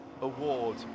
Award